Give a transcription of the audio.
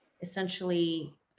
essentially